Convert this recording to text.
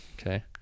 Okay